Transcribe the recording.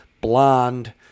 blonde